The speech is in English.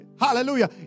Hallelujah